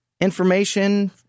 information